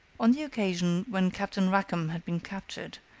on the occasion when captain rackham had been captured,